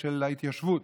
של ההתיישבות.